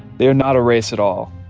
they're not a race at all.